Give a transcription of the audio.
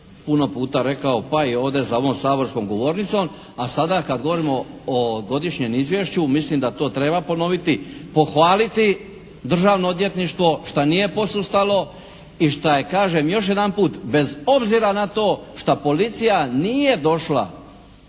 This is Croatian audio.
puno puta rekao pa i ovdje za ovom saborskom govornicom. A sada kad govorimo o godišnjem izvješću mislim da to treba ponoviti, pohvaliti Državno odvjetništvo što nije posustalo i što je kažem još jedanput bez obzira na to šta policija nije došla